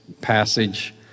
passage